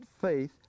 faith